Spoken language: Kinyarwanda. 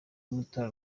mutara